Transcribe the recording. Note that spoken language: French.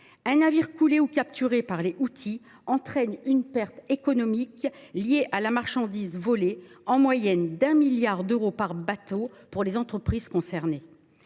Un navire coulé ou capturé par les Houthis entraîne une perte économique liée à la marchandise volée, en moyenne 1 milliard d’euros par bateau, pour les entreprises concernées.